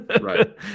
Right